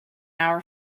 our